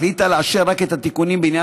אך החליטה לאשר רק את התיקונים בעניין